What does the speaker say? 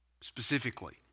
specifically